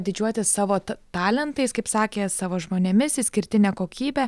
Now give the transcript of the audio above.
didžiuotis savo talentais kaip sakė savo žmonėmis išskirtine kokybe